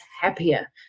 happier